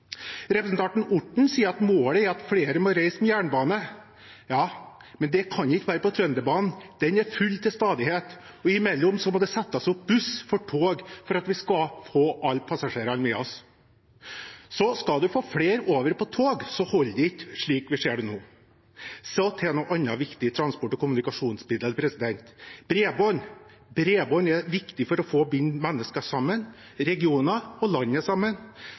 Representanten Orten sier at målet er at flere må reise med jernbane. Ja, men det kan ikke være på Trønderbanen. Den er full til stadighet, og innimellom må det settes opp buss for tog for at vi skal få alle passasjerene med oss. Skal en få flere over på tog, holder det ikke slik vi ser det nå. Så til et annet viktig transport- og kommunikasjonsmiddel: bredbånd. Bredbånd er viktig for å binde mennesker, regioner og landet sammen.